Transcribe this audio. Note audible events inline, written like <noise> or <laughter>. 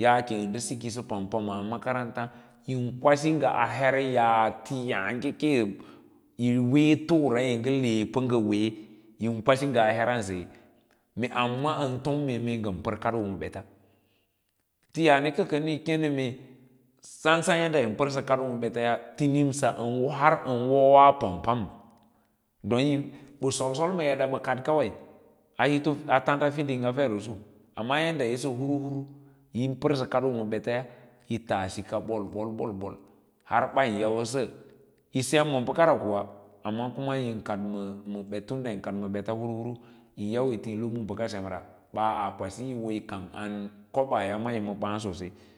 aakenda siki sa pampam a makaranta in kwasi nga her yaa tora yi nga le pa na weera iu kwasi a heran saye mee amma antom mee mee ngan ar kavou mabets tiyaake yi kei namae sasan yadda yna parsa ma kadoo ma bets ya tinimsa har an woa tom kang don <noise> ba solsol ma eda ban kad kawi a gito a tanda fer iusu amma yadda asa hurhur yin parsa kadoo ma bets ya taa sika bol-bol bol-bol har ban yausa yi sem ma bakara kuwa amma kuma yin kad ma bets meeyi kad bets hurhur yin yau awo yi kauyi an kobaaya ama yi baa sosai